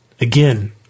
Again